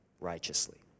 righteously